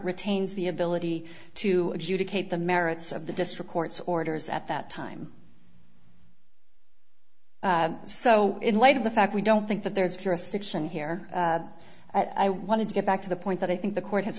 retains the ability to adjudicate the merits of the district court's orders at that time so in light of the fact we don't think that there is jurisdiction here i wanted to get back to the point that i think the court has